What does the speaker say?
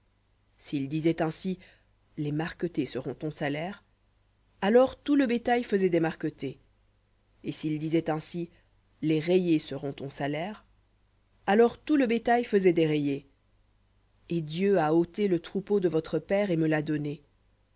s'il disait ainsi les marquetés seront ton salaire alors tout le bétail faisait des marquetés et s'il disait ainsi les rayés seront ton salaire alors tout le bétail faisait des rayés et dieu a ôté le troupeau de votre père et me l'a donné